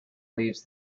leaves